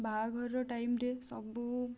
ବାହାଘର ଟାଇମ୍ରେ ସବୁ